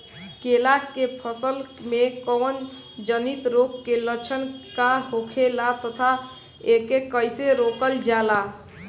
केला के फसल में कवक जनित रोग के लक्षण का होखेला तथा एके कइसे रोकल जाला?